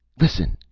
listen.